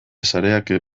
sareak